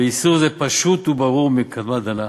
ואיסור זה היה פשוט וברור", מקדמת דנא.